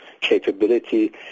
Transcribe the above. capability